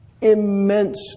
immense